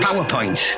PowerPoint